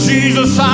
Jesus